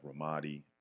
Ramadi